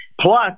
Plus